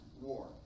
war